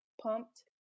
pumped